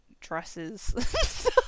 dresses